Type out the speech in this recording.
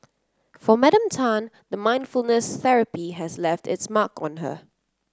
for Madam Tan the mindfulness therapy has left its mark on her